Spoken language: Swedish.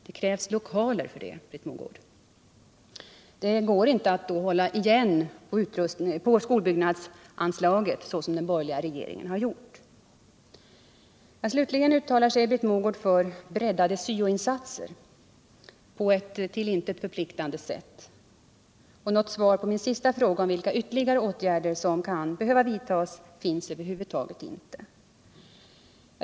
Det krävs lokaler, Britt Mogård! Det går då inte att hålla igen på skolbyggnadsanslaget, som den borgerliga regeringen gjort. Slutligen uttalar sig Britt Mogård för ”breddade syo-insatser” på ett till intet förpliktande sätt. Något svar på min sista fråga om vilka ytterligare åtgärder som kan behöva vidtas ges över huvud taget inte.